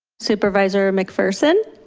supervisor mcpherson.